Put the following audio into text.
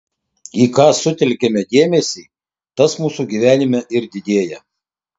į ką sutelkiame dėmesį tas mūsų gyvenime ir didėja